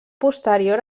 posterior